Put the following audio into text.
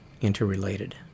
interrelated